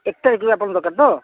ଏକ ତାରିଖରୁ ଆପଣଙ୍କ ଦରକାର ତ